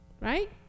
Right